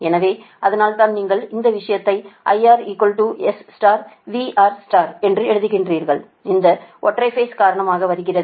எனவே அதனால்தான் நீங்கள் இந்த விஷயத்தை IR SVRஎன்று எழுதுகிறீர்கள் இந்த 3 ஒற்றை பேஸ் காரணமாக வருகிறது